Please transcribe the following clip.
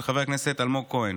של חבר הכנסת אלמוג כהן,